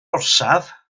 orsaf